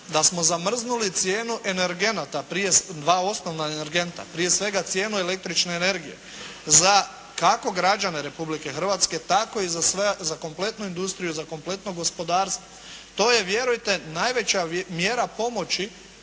da smo zamrznuli cijenu energenata, dva osnovna energenta, prije svega cijenu električne energije za kako građane Republike Hrvatske tako i za kompletnu industriju, kompletno gospodarstvo. To je vjerujte najveća mjera pomoći